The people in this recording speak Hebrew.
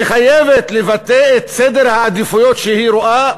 וחייבת לבטא את סדר העדיפויות שהיא רואה,